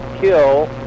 kill